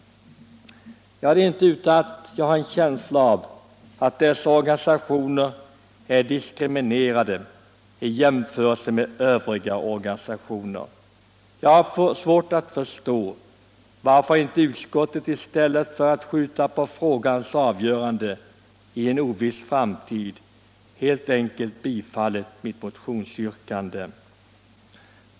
Det är inte utan att jag har en känsla av att dessa organisationer är diskriminerade i jämförelse med övriga organisationer. Jag har svårt att förstå varför inte utskottet i stället för att skjuta på frågans avgörande till en oviss framtid helt enkelt tillstyrkt mitt motionsyrkande.